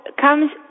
comes